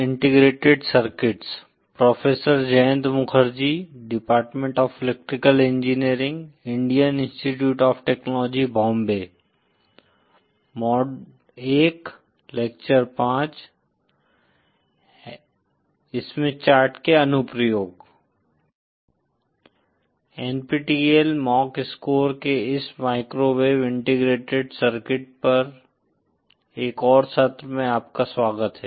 NPTEL mock score के इस microwave integrated circuit पर एक और सत्र में आपका स्वागत है